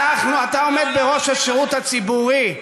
אתה עומד בראש השירות הציבורי.